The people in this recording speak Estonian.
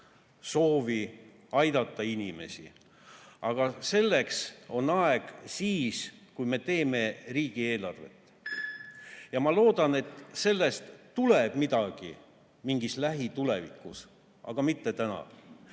soovi aidata inimesi. Aga selleks on aeg siis, kui me teeme riigieelarvet. Ma loodan, et sellest tuleb midagi lähitulevikus, aga mitte täna.